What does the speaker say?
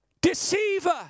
deceiver